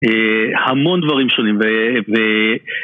המון דברים שונים